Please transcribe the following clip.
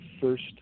first